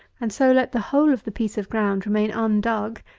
and so let the whole of the piece of ground remain undug,